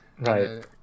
right